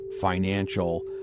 financial